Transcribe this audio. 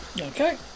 Okay